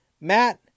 Matt